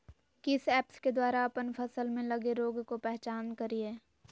किस ऐप्स के द्वारा अप्पन फसल में लगे रोग का पहचान करिय?